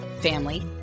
family